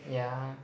yeah